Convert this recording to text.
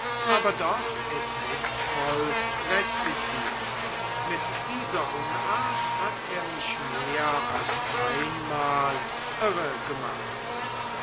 aber doch affektvoll rezitiert mit dieser unart hat er mich mehr als einmal